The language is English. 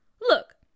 Look